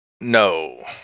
no